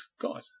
God